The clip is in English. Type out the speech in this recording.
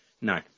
no